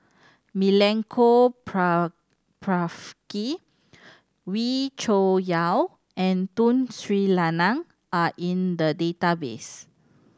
Milenko Prvacki Wee Cho Yaw and Tun Sri Lanang are in the database